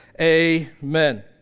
Amen